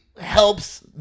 helps